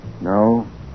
No